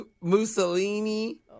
Mussolini